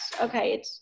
okay